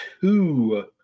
two